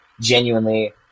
genuinely